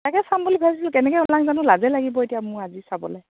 তাকে চাম বুলি ভাবিছোঁ কেনেকৈ ওলাম জানো লাজে লাগিব এতিয়া মোৰ আজি চাবলৈ